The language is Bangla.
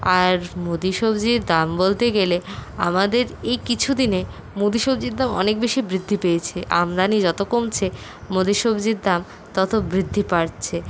আর মুদি সবজির দাম বলতে গেলে আমাদের এই কিছুদিনে মুদি সবজির দাম অনেক বেশি বৃদ্ধি পেয়েছে আমদানি যত কমছে মুদি সবজির দাম তত বৃদ্ধি পারছে